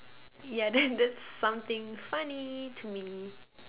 yeah then that's something funny to me